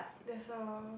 there's a